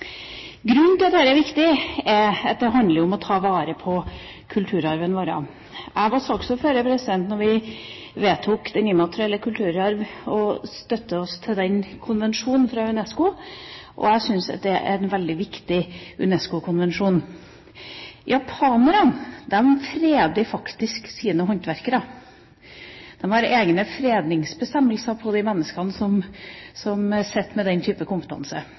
Grunnen til at dette er viktig, er at det handler om å ta vare på kulturarven vår. Jeg var saksordfører da vi vedtok den immaterielle kulturarv og støttet oss til konvensjonen fra UNESCO. Jeg syns det er en veldig viktig UNESCO-konvensjon. Japanerne freder faktisk sine håndverkere. De har egne fredningsbestemmelser for de menneskene som sitter med den typen kompetanse,